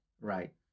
Right